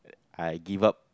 I give up